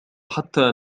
حتى